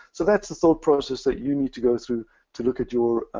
so that's the thought process that you need to go through to look at your